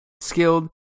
skilled